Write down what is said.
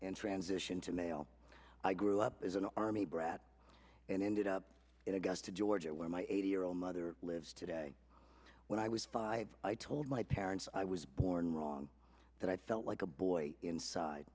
and transition to male i grew up as an army brat and ended up in augusta georgia where my eighty year old mother lives today when i was five i told my parents i was born wrong that i felt like a boy inside